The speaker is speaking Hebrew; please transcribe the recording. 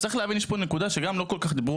צריך להבין שיש פה גם נקודה שלא כל כך דיברו